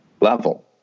level